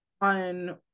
on